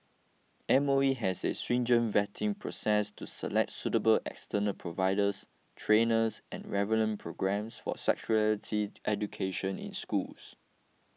M O E has a stringent vetting process to select suitable external providers trainers and relevant programmes for sexuality education in schools